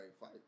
fight